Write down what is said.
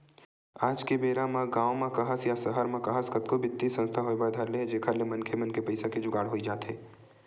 आज के बेरा गाँव म काहस या सहर म काहस कतको बित्तीय संस्था होय बर धर ले हे जेखर ले मनखे मन के पइसा के जुगाड़ होई जाथे